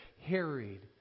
harried